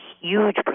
huge